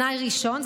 תנאי ראשון,